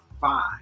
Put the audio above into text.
five